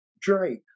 Drake